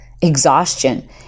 exhaustion